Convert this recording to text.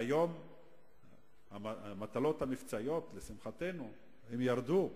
היום המטלות המבצעיות, לשמחתנו, ירדו,